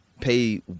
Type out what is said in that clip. pay